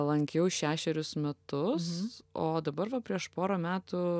lankiau šešerius metus o dabar va prieš porą metų